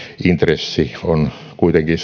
intressi on kuitenkin